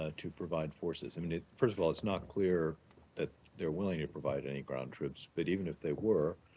ah to provide forces? i mean, it first of all, it's not clear that they're willing to provide any ground troops, but even if they were,